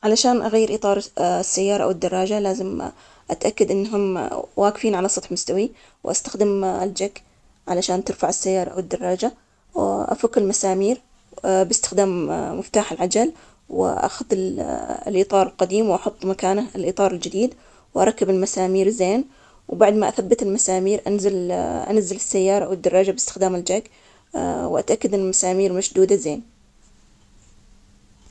علشان أغير إطار السيارة أو الدراجة، لازم أتأكد أنهم واجفين على سطح مستوي، وأستخدم الجك علشان ترفع السيارة أو الدراجة، وأفك المسامير باستخدام مفتاح العجل، وأخذ ال الإطار القديم، وأحط مكانه الإطار الجديد، وأركب المسامير زين، وبعد ما أثبت المسامير أنزل آ أنزل السيارة أو الدراجة باستخدام الجاج آ، وأتأكد إن المسامير مشدودة زين.